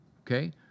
Okay